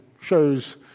shows